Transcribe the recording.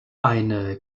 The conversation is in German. eine